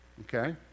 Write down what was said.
okay